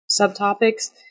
subtopics